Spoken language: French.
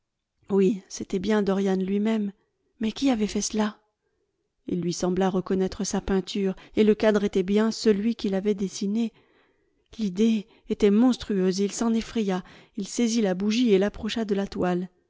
oui c'était bien dorian lui-même mais qui avait fait cela il lui sembla reconnaître sa peinture et le cadre était bien celui qu'il avait dessiné l'idée était monstrueuse il s'en effraya il saisit la bougie et l'approcha de la toile